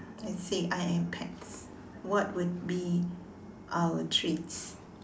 let's say I am pets what would be our treats